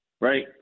right